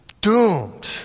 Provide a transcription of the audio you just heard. Doomed